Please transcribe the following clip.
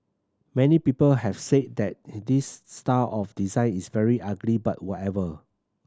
many people have said that this star of design is very ugly but whatever